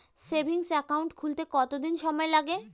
Savings account খুলতে কতদিন সময় লাগে?